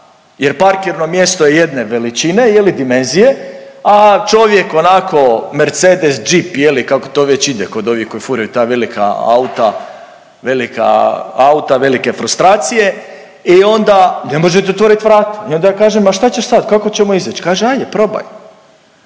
jer parkirno mjesto je jedne veličine ili dimenzije, a čovjek onako Mercedes jeep je li kako to već ide kod ovih koji furaju ta velika auta, velike frustracije. I onda ne možete otvoriti vrata. I onda ja kažem a šta će sad, kako ćemo izaći? Kaže hajde, probaj.